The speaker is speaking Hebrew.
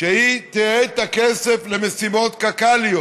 שהיא תייעד את הכסף למשימות קק"ליות.